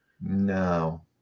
No